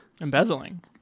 embezzling